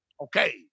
Okay